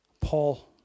Paul